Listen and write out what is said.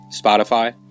Spotify